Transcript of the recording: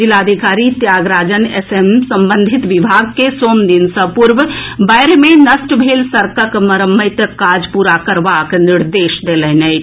जिलाधिकारी Tyagarajan SM संबंधित विभाग के सोम दिन सॅ पूर्व बाढ़ि मे नष्ट भेल सड़कक मरम्मतिक काज पूरा करबाक निर्देश देलनि अछि